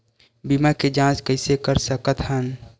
बीमा के जांच कइसे कर सकत हन?